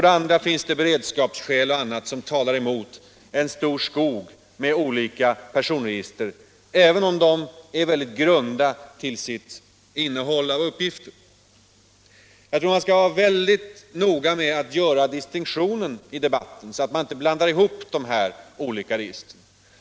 Det finns också beredskapsskäl och annat som talar emot framväxten av en skog av olika personregister, även om de är väldigt grunda till sitt innehåll av uppgifter. Jag menar att man skall vara väldigt noga med att göra distinktionen i debatten så att man inte blandar ihop de här olika typerna av register.